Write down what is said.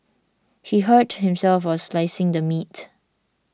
he hurt himself while slicing the meat